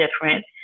different